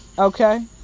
Okay